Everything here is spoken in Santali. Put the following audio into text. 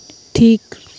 ᱴᱷᱤᱠ